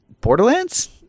Borderlands